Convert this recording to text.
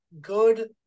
good